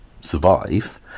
survive